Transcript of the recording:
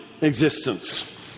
existence